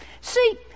See